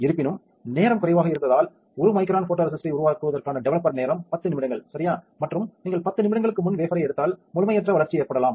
இருப்பினும் நேரம் குறைவாக இருந்தால் 1 மைக்ரான் ஃபோட்டோரேசிஸ்ட்டை உருவாக்குவதற்கான டெவலப்பர் நேரம் 10 நிமிடங்கள் சரியா மற்றும் நீங்கள் 10 நிமிடங்களுக்கு முன் வேபரை எடுத்தால் முழுமையற்ற வளர்ச்சி ஏற்படலாம்